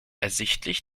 ersichtlich